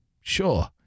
Sure